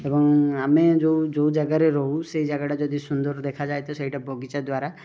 ଏବଂ ଆମେ ଯେଉଁ ଯେଉଁ ଜାଗାରେ ରହୁ ସେଇ ଜାଗାଟା ଯଦି ସୁନ୍ଦର ଦେଖାଯାଏ ତ ସେଇଟା ବଗିଚା ଦ୍ୱାରା